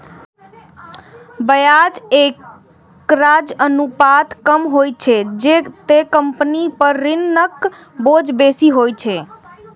ब्याज कवरेज अनुपात कम होइ छै, ते कंपनी पर ऋणक बोझ बेसी होइ छै